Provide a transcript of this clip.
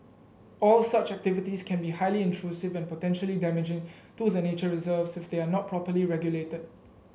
all such activities can be highly intrusive and potentially damaging to the nature reserves if they are not properly regulated